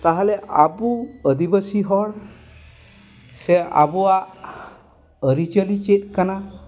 ᱛᱟᱦᱚᱞᱮ ᱟᱵᱚ ᱟᱹᱫᱤᱵᱟᱹᱥᱤ ᱦᱚᱲ ᱥᱮ ᱟᱵᱚᱣᱟᱜ ᱟᱹᱨᱤᱪᱟᱹᱞᱤ ᱪᱮᱫ ᱠᱟᱱᱟ